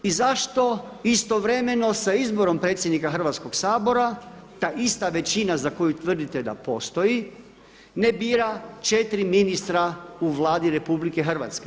I zašto istovremeno sa izborom predsjednika Hrvatskoga sabora ta ista većina za koju tvrdite da postoji ne bira 4 ministra u Vladi RH?